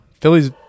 philly's